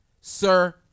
sir